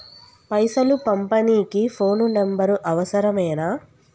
పైసలు పంపనీకి phone number అవసరమేనా?